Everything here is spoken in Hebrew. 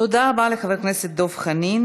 תודה רבה לחבר הכנסת דב חנין.